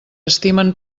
estimen